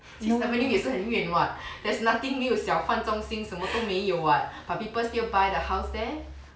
sixth avenue 也是很远 [what] there's nothing 没有小贩中心什么都没有 [what] but people still buy the house there